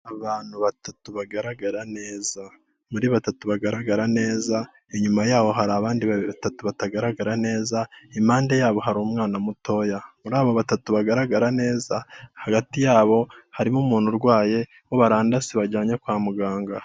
Abantu batatu bagaragara neza. Muri batatu bagaragara neza inyuma yabo hari abandi batatu batagaragara neza, impande yabo hari umwana mutoya. Muri abo batatu bagaragara neza hagati yabo harimo umuntu urwaye, wo barandase bajyanye kwa muganga.